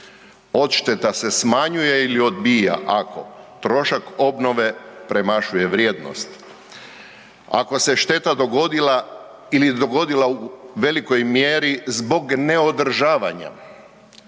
odšteta se smanjuje ili odbija ako trošak obnove premašuje vrijednost, ako se šteta dogodila ili dogodila u velikoj mjeri zbog neodržavanja,